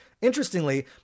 interestingly